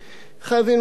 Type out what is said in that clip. חייבים למלא אותו.